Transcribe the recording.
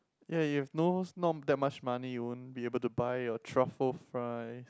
ya you've no~ not that much money you won't be able to buy your truffle fries